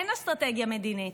אין אסטרטגיה מדינית.